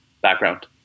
background